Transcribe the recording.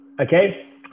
okay